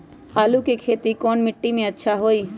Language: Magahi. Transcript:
आलु के खेती कौन मिट्टी में अच्छा होइ?